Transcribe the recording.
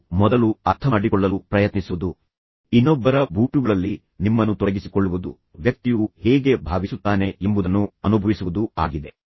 ಎಂದು ಮೊದಲು ಅರ್ಥಮಾಡಿಕೊಳ್ಳಲು ಪ್ರಯತ್ನಿಸುವುದು ಇನ್ನೊಬ್ಬರ ಬೂಟುಗಳಲ್ಲಿ ನಿಮ್ಮನ್ನು ತೊಡಗಿಸಿಕೊಳ್ಳುವುದು ವ್ಯಕ್ತಿಯು ಹೇಗೆ ಭಾವಿಸುತ್ತಾನೆ ಎಂಬುದನ್ನು ಅನುಭವಿಸುವುದು ಆಗಿದೆ